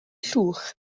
llwch